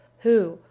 who,